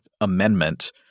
Amendment